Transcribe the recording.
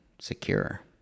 secure